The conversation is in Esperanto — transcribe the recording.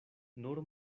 nur